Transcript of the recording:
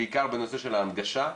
בעיקר בנושא של ההנגשה,